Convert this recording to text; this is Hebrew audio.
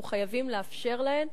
אנחנו חייבים לאפשר להן